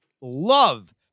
love